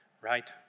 right